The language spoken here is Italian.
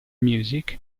music